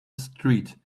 street